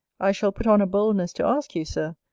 i shall put on a boldness to ask you, sir,